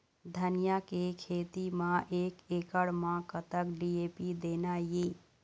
धनिया के खेती म एक एकड़ म कतक डी.ए.पी देना ये?